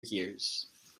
years